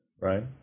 Right